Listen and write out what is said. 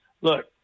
look